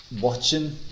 watching